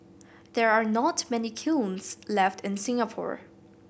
there are not many kilns left in Singapore